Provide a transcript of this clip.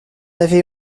avait